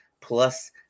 plus